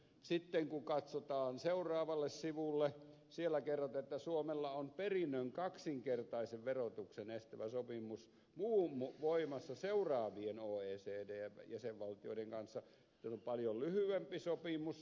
sitten kun katsotaan seuraavalle sivulle siellä kerrotaan että suomella on perinnön kaksinkertaisen verotuksen estävä sopimus voimassa seuraavien oecdn jäsenvaltioiden kanssa ja se on paljon lyhyempi sopimus